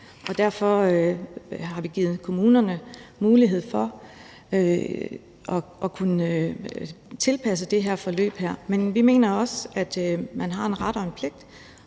Derfor har vi givet kommunerne mulighed for at kunne tilpasse det her forløb. Men vi mener også, at man har en ret og en pligt,